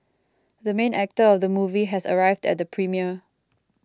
the main actor of the movie has arrived at the premiere